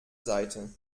seite